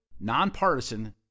nonpartisan